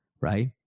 right